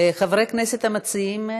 חברי הכנסת המציעים,